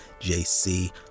jc